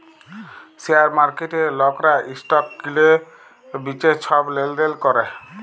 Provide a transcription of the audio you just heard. share মার্কেটে লকরা stock কিলে বিঁচে ছব লেলদেল ক্যরে